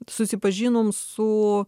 susipažinom su